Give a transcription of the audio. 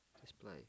display